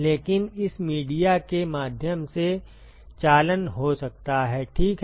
लेकिन इस मीडिया के माध्यम से चालन हो सकता है ठीक है